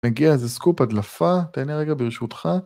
מגיע איזה סקופ הדלפה, תהנה רגע ברשותך